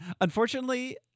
unfortunately